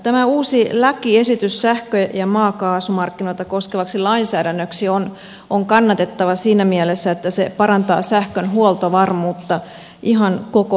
tämä uusi lakiesitys sähkö ja maakaasumarkkinoita koskevaksi lainsäädännöksi on kannatettava siinä mielessä että se parantaa sähkön huoltovarmuutta ihan koko maassa